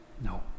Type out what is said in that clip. No